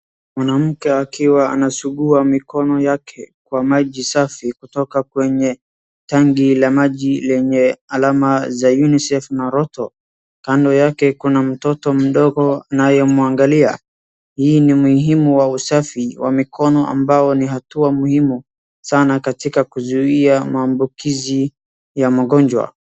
Mwanamke akiwa anasugua mikono yake kwa maji safi kutoka kwenye tangi la maji lenye alama za UNICEF na Ruto. Kando yake kuna mtoto mdogo anayemwangalia. Hii ni umuhimu wa usafi wa mikono ambao ni hatua muhimu sana katika kuzuia maambukizi ya magonjwa.